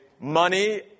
money